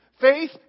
Faith